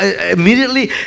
Immediately